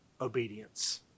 obedience